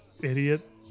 idiot